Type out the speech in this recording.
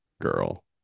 girl